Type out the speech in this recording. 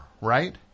right